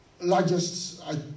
largest